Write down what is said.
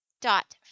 dot